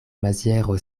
maziero